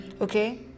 okay